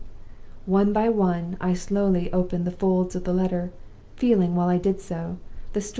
one by one i slowly opened the folds the letter feeling, while i did so,